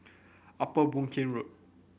Upper Boon Keng Road